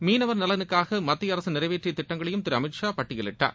மீனவர் நலனுக்காக மத்திய அரசு நிறைவேற்றிய திட்டங்களையும் திரு அமித் ஷா பட்டியலிட்டார்